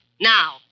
Now